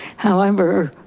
however,